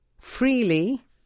freely